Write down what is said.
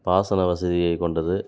பாசன வசதியைக் கொண்டது